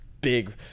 big